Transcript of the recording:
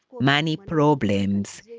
money problems,